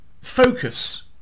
Focus